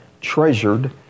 treasured